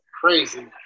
crazy